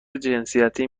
جنسیتی